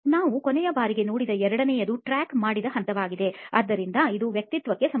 ನಾವು ಕೊನೆಯ ಬಾರಿಗೆ ನೋಡಿದ ಎರಡನೆಯದು ಟ್ರ್ಯಾಕ್ ಮಾಡಿದ ಹಂತವಾಗಿದೆ ಆದ್ದರಿಂದ ಇದು ವ್ಯಕ್ತಿತ್ವಕ್ಕೆ ಸಂಬಂಧಿಸಿದೆ